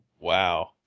Wow